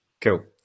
Cool